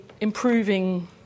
improving